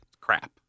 Crap